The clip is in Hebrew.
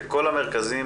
בכל המרכזים